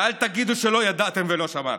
ואל תגידו שלא ידעתם ולא שמעתם,